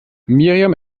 miriam